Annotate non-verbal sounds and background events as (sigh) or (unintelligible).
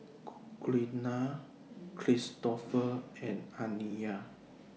(unintelligible) Glenna Kristofer and Aniyah